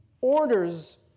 orders